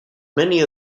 many